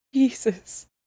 Jesus